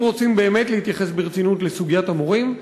אם רוצים באמת להתייחס ברצינות לסוגיית המורים,